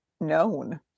known